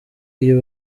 iyo